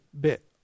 bit